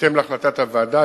בהתאם להחלטת הוועדה,